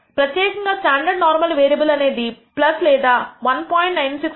ప్రత్యేకంగా standard normal variable అనేది లేదా 1